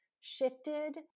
shifted